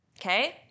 Okay